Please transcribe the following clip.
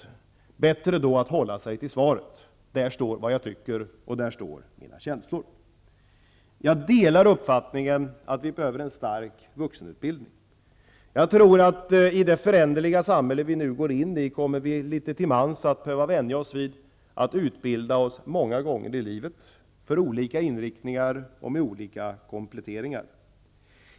Då är det bättre att hålla sig till svaret. Därav framgår vad jag tycker och vad som är mina känslor. Jag delar uppfattningen att vi behöver en stark vuxenutbildning. Jag tror att vi litet till mans i det föränderliga samhälle som vi nu går in i kommer att behöva vänja oss vid att det behövs utbildning många gånger i livet. Det handlar om olika inriktningar och olika kompletteringar.